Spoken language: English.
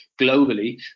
globally